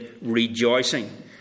rejoicing